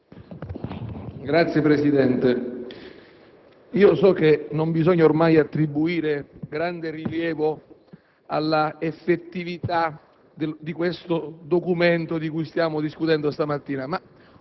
Signor Presidente, so che non bisogna ormai attribuire grande rilievo alla effettività del Documento di cui stiamo discutendo questa mattina,